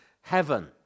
Heaven